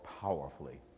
powerfully